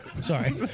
Sorry